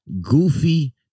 goofy